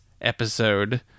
episode